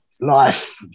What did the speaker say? life